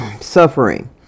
Suffering